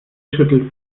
schüttelt